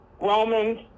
Romans